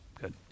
good